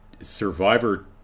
Survivor